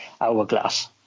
hourglass